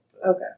Okay